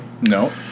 No